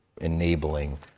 enabling